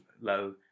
low